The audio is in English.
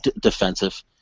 defensive